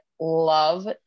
love